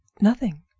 Nothing